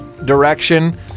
direction